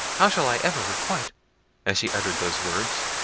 how shall i ever requite as she uttered those words,